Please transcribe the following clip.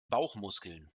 bauchmuskeln